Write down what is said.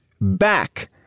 back